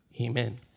Amen